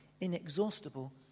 inexhaustible